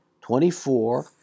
twenty-four